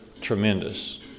tremendous